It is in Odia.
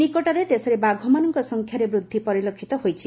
ନିକଟରେ ଦେଶରେ ବାଘମାନଙ୍କର ସଂଖ୍ୟାରେ ବୃଦ୍ଧି ପରିଲକ୍ଷିତ ହୋଇଛି